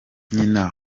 nyina